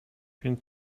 więc